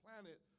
planet